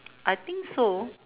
I think so